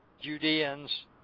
Judeans